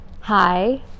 hi